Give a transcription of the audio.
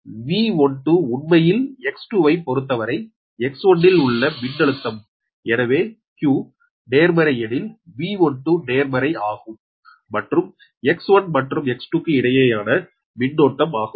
எனவே V12 உண்மையில் X2 ஐ பொறுத்தவரை X1 இல் உள்ள மின்னழுத்தம் எனவே q நேர்மறை எனில் V12 நேர்மறை ஆகும் மற்றும் X1 மற்றும் X2 க்கு இடையான மின்னோட்டம் ஆகும்